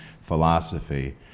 philosophy